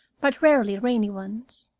but rarely rainy ones.